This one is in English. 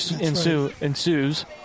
ensues